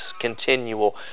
continual